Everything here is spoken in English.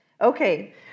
Okay